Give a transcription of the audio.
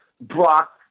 Brock